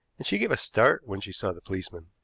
and she gave a start when she saw the policeman.